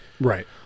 right